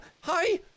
hi